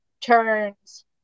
turns